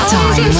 Time